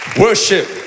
worship